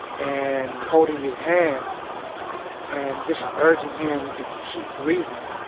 and holding his hand and just urging him to keep breathing,